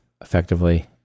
effectively